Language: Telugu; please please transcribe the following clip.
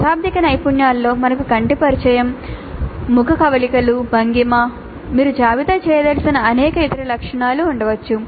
అశాబ్దిక నైపుణ్యాలలో మనకు కంటి పరిచయం ముఖ కవళికలు భంగిమ మీరు జాబితా చేయదలిచిన అనేక ఇతర లక్షణాలు ఉండవచ్చు